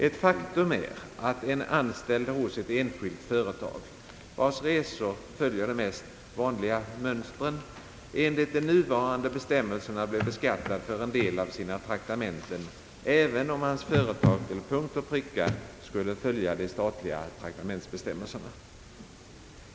Ett faktum är att en anställd hos ett enskilt företag, vars resor följer de mest vanliga mönstren, enligt de nuvarande bestämmelserna blir beskattad för en del av sina traktamenten, även om hans företag till punkt och pricka skulle följa de statliga traktamentsbestämmelserna.